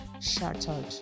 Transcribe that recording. shattered